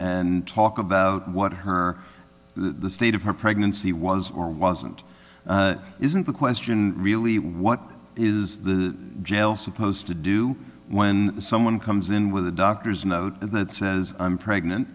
and talk about what her the state of her pregnancy was or wasn't isn't the question really what is the jail supposed to do when someone comes in with a doctor's note that says i'm pregnant